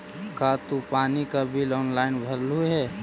का तू पानी का बिल ऑनलाइन भरलू हे